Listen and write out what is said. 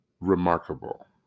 remarkable